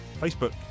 facebook